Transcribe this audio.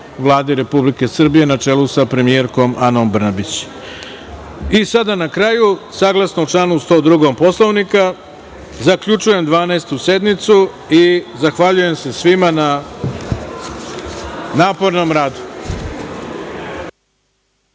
Vladi Republike Srbije, na čelu sa premijerkom Anom Brnabić. Na kraju, saglasno članu 102. Poslovnika, zaključujem Dvanaestu sednicu i zahvaljujem se svima na napornom radu.